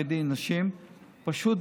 ויחס בלתי אנושי ומשפיל כלפי בני אדם.